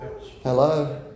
Hello